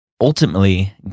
ultimately